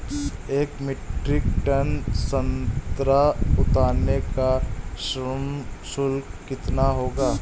एक metric tonne संतरा उतारने का श्रम शुल्क कितना होगा?